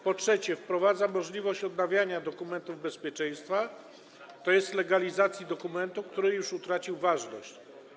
Po trzecie, wprowadza się możliwość odnawiania dokumentów bezpieczeństwa, tj. legalizacji dokumentu, który już utracił ważność.